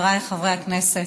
חבריי חברי הכנסת,